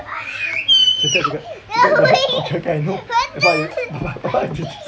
okay okay I know